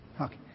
Okay